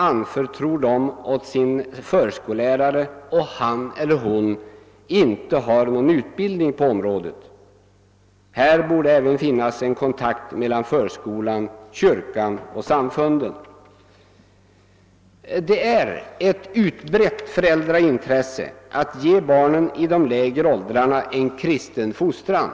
Hur skall en förskollärare, som inte har någon utbildning på detta område, svara på sådana frågor? Här borde även finnas en kontakt mellan förskolan, kyrkan och samfunden. Det är ett utbrett föräldraintresse att barnen i de lägre åldrarna ges en kristen fostran.